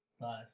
nice